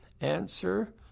Answer